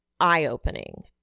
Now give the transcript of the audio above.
eye-opening